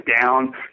down